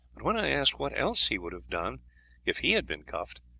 but when i asked what else he would have done if he had been cuffed,